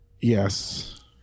yes